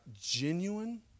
genuine